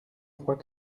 crois